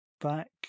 back